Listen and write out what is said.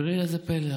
וראי איזה פלא,